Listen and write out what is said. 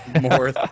More